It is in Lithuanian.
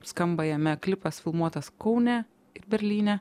skamba jame klipas filmuotas kaune ir berlyne